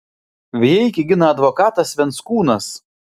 vijeikį gina advokatas venckūnas